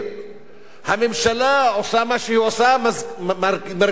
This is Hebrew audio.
הממשלה עושה מה שהיא עושה, מרגיזה את אותם